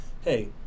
Hey